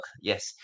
yes